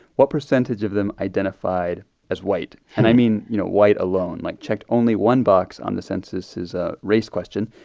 what percentage of them identified as white? and, i mean, you know, white alone, like, checked only one box on the census as a race question,